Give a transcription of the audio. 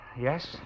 yes